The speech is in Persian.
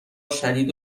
شدید